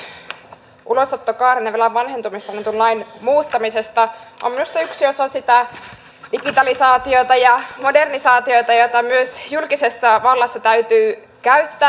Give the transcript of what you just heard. tämä esitys ulosottokaaren ja velan vanhentumisesta annetun lain muuttamisesta on minusta yksi osa sitä digitalisaatiota ja modernisaatiota jota myös julkisessa vallassa täytyy käyttää